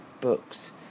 books